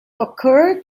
occurred